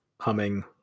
humming